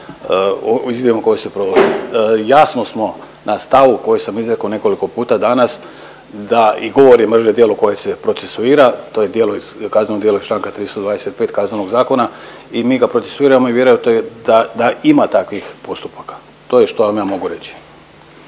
izvidu koji se provodi. Jasno smo na stavu koje sam izrekao nekoliko puta danas da i govori mržnje djelo koje se procesuira to je djelo kazneno djelo iz čl. 325. Kaznenog zakona i mi ga procesuiramo i vjerojatno je da ima takvih postupaka to je što vam ja mogu reći.